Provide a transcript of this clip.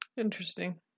Interesting